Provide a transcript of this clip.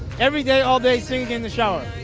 every day, all day, singing in the shower.